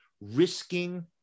risking